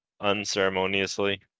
Unceremoniously